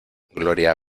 gloria